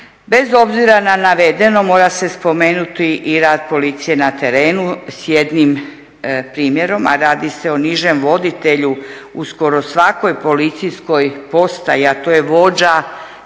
Bez obzira na navedeno mora se spomenuti i rad policije na terenu s jednim primjerom a radi se o nižem voditelju u skoro svakoj policijskoj postaji a to je vođa